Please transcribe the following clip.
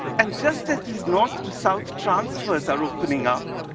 and just as these north-to-south transfers are opening up,